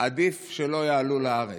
עדיף שלא יעלו לארץ.